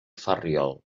ferriol